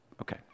Okay